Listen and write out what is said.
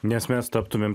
nes mes taptumėm